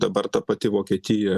dabar ta pati vokietija